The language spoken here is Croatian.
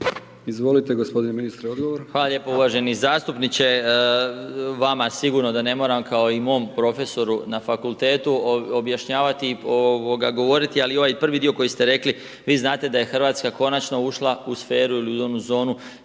Izvolite gospodine ministre odgovor. **Marić, Zdravko** Hvala lijepo uvaženi zastupniče. Vama sigurno da ne moram, kao i mom profesoru na fakultetu objašnjavati, ovoga, govoriti, ali ovaj prvi dio koji ste rekli, vi znate da je RH konačno ušla u sferu ili onu zonu